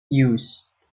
used